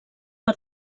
per